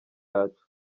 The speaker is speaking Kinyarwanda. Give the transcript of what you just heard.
yacu